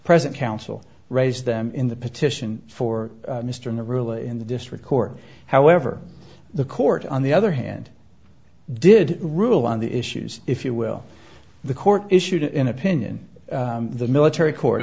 present counsel raised them in the petition for mr a rule in the district court however the court on the other hand did rule on the issues if you will the court issued in opinion the military court